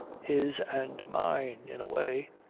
his and mine, in a way.